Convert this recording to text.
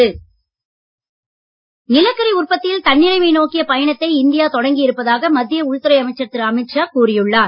அமீத் ஷா நிலக்கரி உற்பத்தியில் தன்னிறைவை நோக்கிய பயணத்தை இந்தியா தொடங்கி இருப்பதாக மத்திய உள்துறை அமைச்சர் திரு அமித் ஷா கூறி உள்ளார்